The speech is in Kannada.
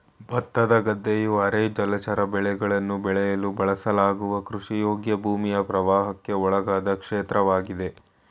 ಭತ್ತದ ಗದ್ದೆಯು ಅರೆ ಜಲಚರ ಬೆಳೆಗಳನ್ನು ಬೆಳೆಯಲು ಬಳಸಲಾಗುವ ಕೃಷಿಯೋಗ್ಯ ಭೂಮಿಯ ಪ್ರವಾಹಕ್ಕೆ ಒಳಗಾದ ಕ್ಷೇತ್ರವಾಗಿದೆ